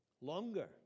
Longer